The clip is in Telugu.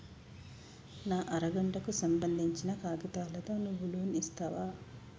నా అర గంటకు సంబందించిన కాగితాలతో నువ్వు లోన్ ఇస్తవా?